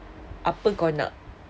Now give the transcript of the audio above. apa kau nak